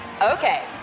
Okay